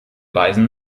weisen